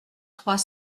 trois